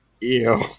Ew